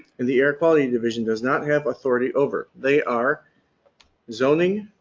and the air quality and division does not have authority over. they are zoning,